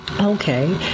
Okay